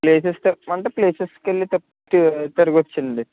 places తిప్పమంటే places వెళ్ళి తిరగ వచ్చండి